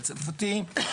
הצרפתי בנצרת,